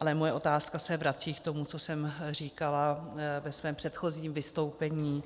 Ale moje otázka se vrací k tomu, co jsem říkala ve svém předchozím vystoupení,